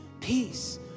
peace